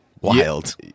Wild